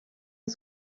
est